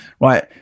right